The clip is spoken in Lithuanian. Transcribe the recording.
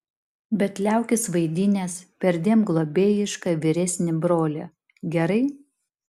bet liaukis vaidinęs perdėm globėjišką vyresnį brolį gerai